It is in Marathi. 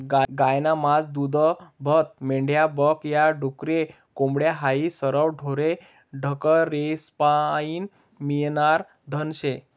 गायनं मास, दूधदूभतं, मेंढ्या बक या, डुकरे, कोंबड्या हायी सरवं ढोरे ढाकरेस्पाईन मियनारं धन शे